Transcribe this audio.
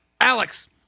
Alex